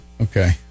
okay